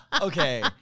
Okay